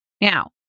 Now